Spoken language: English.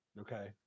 Okay